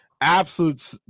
Absolute